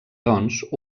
doncs